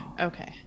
Okay